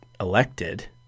elected